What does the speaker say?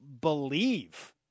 believe